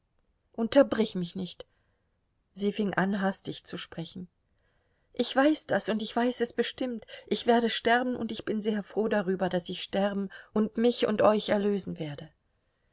unterbrich mich nicht sie fing an hastig zu sprechen ich weiß das und ich weiß es bestimmt ich werde sterben und ich bin sehr froh darüber daß ich sterben und mich und euch erlösen werde